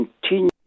continue